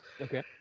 Okay